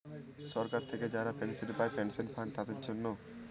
সরকার থেকে যারা পেনশন পায় পেনশন ফান্ড তাদের জন্য